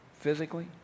physically